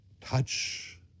touch